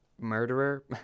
murderer